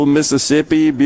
Mississippi